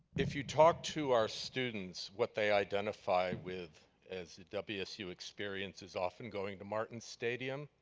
if you talk to our students what they identify with as wsu experience is often going to martin stadium.